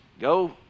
go